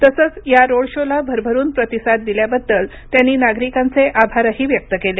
तसंच या रोड शोला भरभरून प्रतिसाद दिल्याबद्दल त्यांनी नागरिकांचे आभारही व्यक्त केले